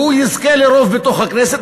הוא יזכה לרוב בתוך הכנסת,